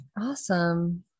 awesome